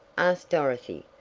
asked dorothy,